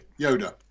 Yoda